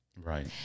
Right